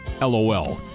LOL